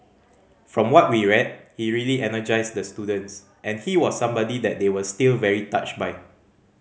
from what we read he really energised the students and he was somebody that they were still very touched by